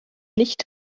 nicht